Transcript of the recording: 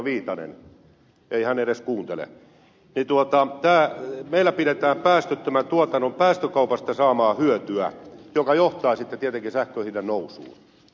viitanen ei hän edes kuuntele että meillä pidetään päästöttömän tuotannon päästökaupasta saamaa hyötyä joka johtaa sitten tietenkin sähkönhinnan nousuun